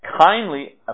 Kindly